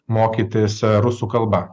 mokytis rusų kalba